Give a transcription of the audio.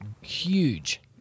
huge